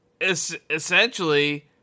essentially